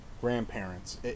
grandparents